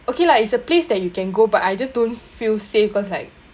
okay lah it's a place that you can go but I just don't feel safe cause like